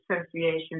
Association